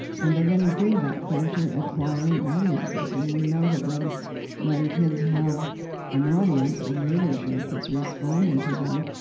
and they're getting feedback they're actually acquiring audiences, and we know that when when kids have an audience, a readership that's responding to them,